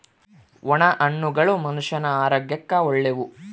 ಒಣ ಹಣ್ಣುಗಳು ಮನುಷ್ಯನ ಆರೋಗ್ಯಕ್ಕ ಒಳ್ಳೆವು